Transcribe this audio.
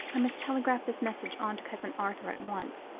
i must telegraph this message on to cousin arthur at once.